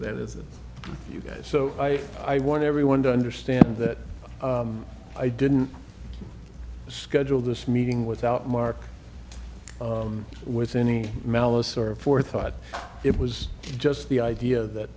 that is that you guys so i i want everyone to understand that i didn't schedule this meeting without mark with any malice or forethought it was just the idea that